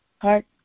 heart